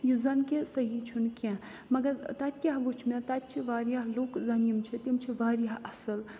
یُس زَن کہِ صحیح چھُنہٕ کیٚنٛہہ مگر تَتہِ کیٛاہ وٕچھ مےٚ تَتہِ چھِ واریاہ لُکھ زَن یِم چھِ تِم چھِ واریاہ اَصٕل